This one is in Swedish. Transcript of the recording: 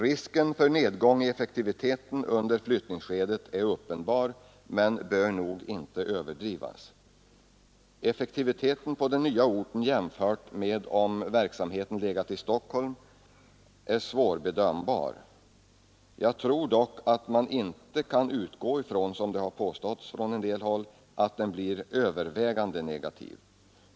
Risken för nedgång i effektiviteten under flyttningsskedet är uppenbar men bör nog inte överdrivas. Effektiviteten på den nya orten jämförd med effektiviteten om verksamheten legat i Stockholm är svårbedömbar. Jag tror dock att man inte kan utgå från, som det påståtts från en del håll, att den i övervägande antalet fall blir sämre.